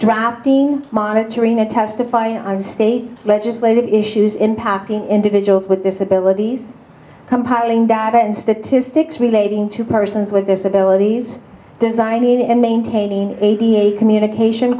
drafting monitoring a testify on state legislative issues impacting individuals with disabilities compiling data and statistics relating to persons with disabilities designing and maintaining a v a communication